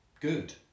good